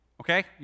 okay